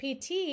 PT